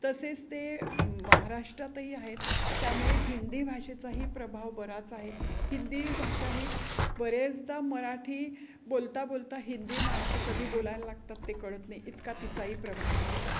तसेच ते महाराष्ट्रातही आहेत त्यामुळे हिंदी भाषेचाही प्रभाव बराच आहे हिंदी भाषा ही बऱ्याचदा मराठी बोलता बोलता हिंदी माणसं कधी बोलायला लागतात ते कळत नाही इतका तिचाही प्रभाव आहे